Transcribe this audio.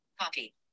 copy